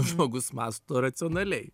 žmogus mąsto racionaliai